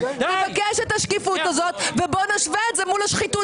תבקש את השקיפות הזאת ובואו נשווה את זה מול השחיתות